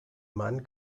mann